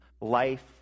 life